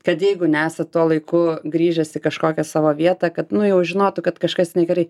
kad jeigu nesat tuo laiku grįžęs į kažkokią savo vietą kad nu jau žinotų kad kažkas negerai